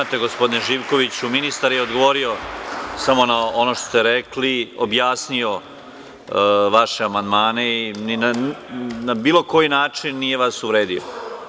Nemate, gospodine Živkoviću, ministar je odgovorio samo na ono što ste rekli, objasnio vaše amandmane i na bilo koji način nije vas uvredio.